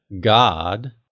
God